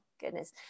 goodness